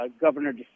Governor